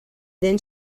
then